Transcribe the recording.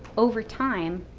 over time,